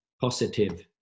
positive